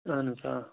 آہَن حظ آ